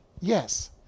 Yes